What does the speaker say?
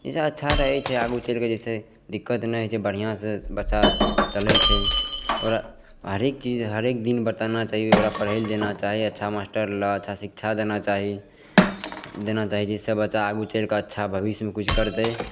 ई से अच्छा रहै छै आगू चलिके जे छै दिक्कत नहि होइ छै बढ़िआँसे बच्चा चलै छै आओर हरेक चीज हरेक दिन बताना चाही ओकरा पढ़ै ले देना चाही अच्छा मास्टरलग अच्छा शिक्षा देना चाही देना चाही जाहिसे बच्चा आगू चलिके बच्चा भविष्यमे किछु करतै